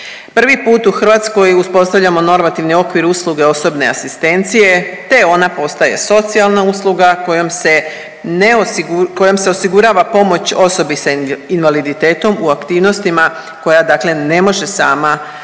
Prvi put u Hrvatskoj uspostavljamo normativni okvir usluge osobne asistencije te ona postaje socijalna usluga kojom se ne, kojom se osigurava pomoć osobi sa invaliditetom u aktivnostima koja dakle ne može sama, sama